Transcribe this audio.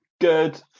Good